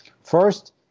First